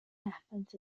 happens